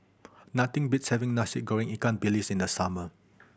nothing beats having Nasi Goreng ikan bilis in the summer